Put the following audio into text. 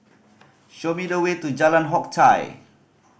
show me the way to Jalan Hock Chye